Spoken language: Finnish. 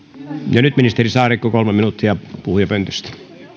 ja nyt ministeri saarikko kolme minuuttia puhujapöntöstä